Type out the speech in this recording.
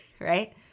right